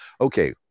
okay